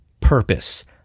purpose